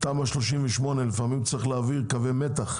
תמ"א 38, לפעמים צריך להעביר קווי מתח.